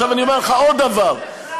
לא צריך צינון בכלל.